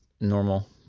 normal